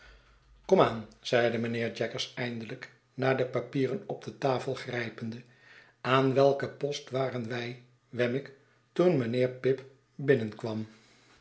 aan zeide mijnheer jaggers eindelijk naar de papieren op de tafel grijpende aan welken post waren wij wemmick toen mijnheer pip binnenkwam